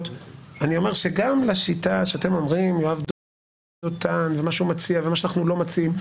גם לשיטה שאתם אומרים יואב דותן ומה שהוא מציע ומה שאנחנו לא מציעים,